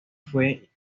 fue